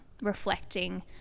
reflecting